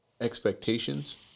expectations